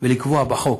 ולקבוע בחוק.